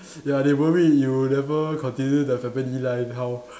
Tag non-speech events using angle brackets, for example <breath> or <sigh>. ya they worry you never continue the family life then how <breath>